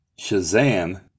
Shazam